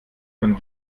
von